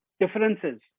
differences